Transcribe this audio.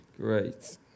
great